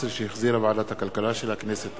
2011, שהחזירה ועדת הכלכלה של הכנסת.